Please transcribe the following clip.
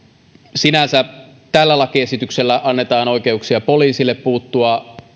sinänsä tällä lakiesityksellä annetaan oikeuksia poliisille puuttua